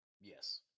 Yes